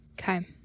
Okay